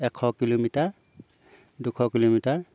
এশ কিলোমিটাৰ দুশ কিলোমিটাৰ